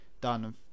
Done